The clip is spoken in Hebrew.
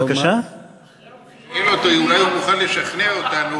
רק בחלק השני?